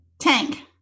Tank